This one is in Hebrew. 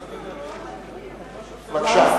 בבקשה.